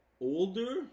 Older